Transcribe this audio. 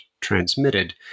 transmitted